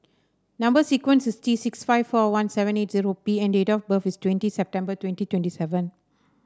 number sequence is T six five four one seven eight zero P and date of birth is twenty September twenty twenty seven